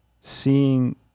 seeing